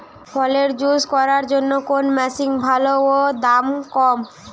ফলের জুস করার জন্য কোন মেশিন ভালো ও দাম কম?